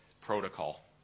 protocol